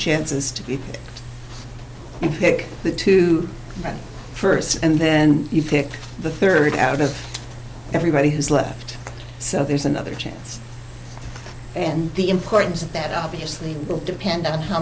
chances to you pick the two first and then you pick the third out of everybody who's left so there's another chance and the importance of that obviously will depend on how